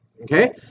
Okay